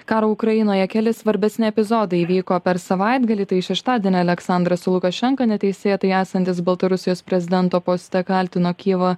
karą ukrainoje keli svarbesni epizodai įvyko per savaitgalį tai šeštadienį aleksandras lukašenka neteisėtai esantis baltarusijos prezidento poste kaltino kijevą